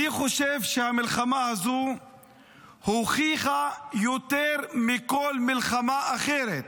אני חושב שהמלחמה הזאת הוכיחה יותר מכל מלחמה אחרת